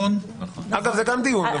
זה גם דיון.